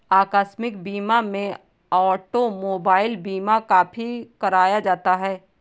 आकस्मिक बीमा में ऑटोमोबाइल बीमा काफी कराया जाता है